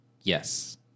Yes